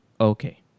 okay